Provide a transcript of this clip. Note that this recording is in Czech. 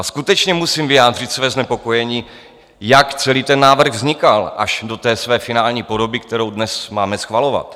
Skutečně musím vyjádřit své znepokojení, jak celý ten návrh vznikal až do té své finální podoby, kterou dnes máme schvalovat.